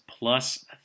plus